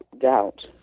doubt